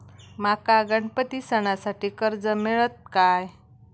माका गणपती सणासाठी कर्ज मिळत काय?